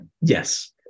yes